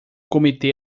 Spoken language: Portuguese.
comitê